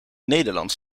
nederlands